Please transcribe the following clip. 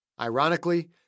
Ironically